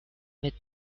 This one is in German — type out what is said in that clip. mit